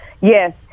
yes